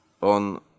on